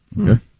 Okay